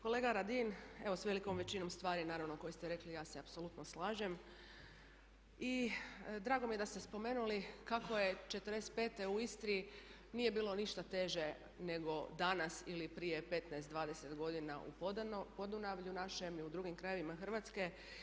Kolega Radin evo s velikom većinom stvari naravno koje ste rekli ja se apsolutno slažem i drago mi je da ste spomenuli kako je '45. u Istri nije bilo ništa teže nego danas ili prije 15, 20 godina u Podunavlju našem i u drugim krajevima Hrvatske.